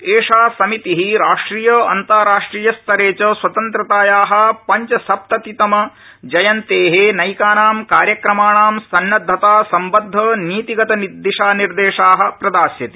एषा समिति राष्ट्रिय अन्ताराष्ट्रियस्तरे च स्वतन्त्रताया पंचसप्ततितम जयन्ते नैकाना कार्यक्रमाणा सन्नद्वता सम्बद्ध नीतिगतदिशानिर्देशा प्रदास्यति